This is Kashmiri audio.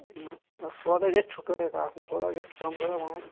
سوداہ گژھِ چھُکٲیِتھ آسُن تھوڑا گژھِ کم زیادہ